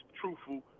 truthful